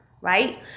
right